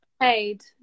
paid